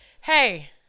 Hey